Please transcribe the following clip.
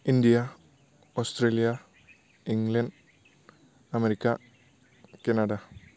India Australia England America Canada